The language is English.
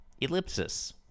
Ellipsis